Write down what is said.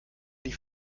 die